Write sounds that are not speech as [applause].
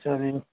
[unintelligible]